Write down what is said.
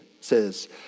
says